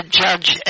judge